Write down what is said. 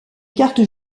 cartes